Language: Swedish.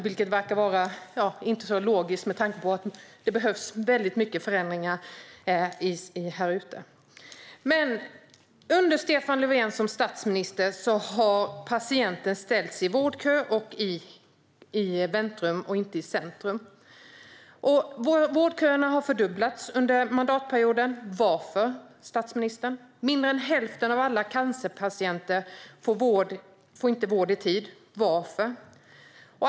Det är inte så logiskt med tanke på att det behövs många förändringar ute i samhället. Men med Stefan Löfven som statsminister har patienten ställts i vårdkö och i väntrum, inte i centrum. Vårdköerna har fördubblats under mandatperioden - varför, statsministern? Mindre än hälften av alla cancerpatienter får inte vård i tid - varför?